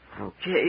Okay